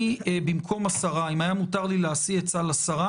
במקום השרה, אם היה מותר לי להשיא עצה לשרה